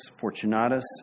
Fortunatus